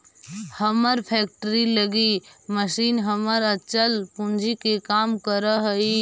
हमर फैक्ट्री लगी मशीन हमर अचल पूंजी के काम करऽ हइ